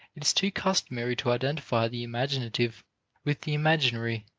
it is too customary to identify the imaginative with the imaginary,